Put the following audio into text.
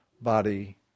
body